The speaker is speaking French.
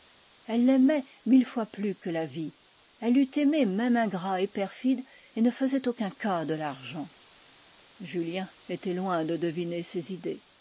elle l'aimait mille fois plus que la vie elle l'eût aimé même ingrat et perfide et ne faisait aucun cas de l'argent julien était loin de deviner ces idées